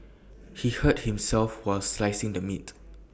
he hurt himself while slicing the meat